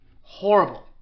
horrible